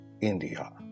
India